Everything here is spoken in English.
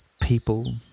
people